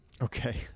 Okay